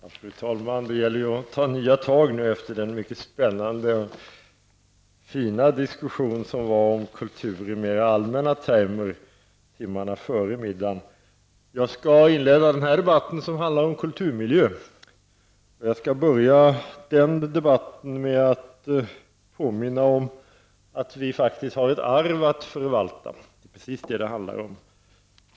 Fru talman! Det gäller nu att ta nya tag efter den mycket spännande och fina diskussionen om kultur i mera allmänna termer timmarna före middagen. Jag skall inleda den här debatten om kulturmiljö, och jag skall börja debatten med att påminna om att vi faktiskt har ett arv att förvalta -- det är precis vad det handlar om.